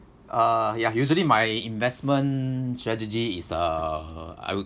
uh ya usually my investment strategy is uh I would